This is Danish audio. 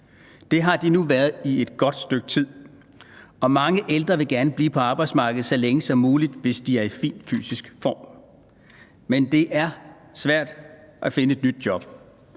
Det har de nu været i et godt stykke tid. Mange ældre vil gerne blive på arbejdsmarkedet så længe som muligt, hvis de er i fin fysisk form, men det er svært at finde et nyt job.